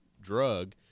drug